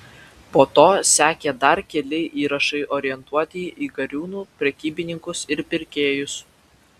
po to sekė dar keli įrašai orientuoti į gariūnų prekybininkus ir pirkėjus